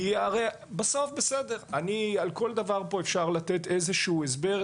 על כל דבר פה אפשר לתת איזשהו הסבר,